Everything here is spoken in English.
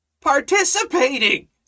participating